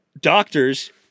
doctors